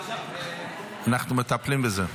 אנחנו מטפלים בזה.